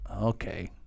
okay